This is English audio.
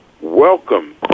welcome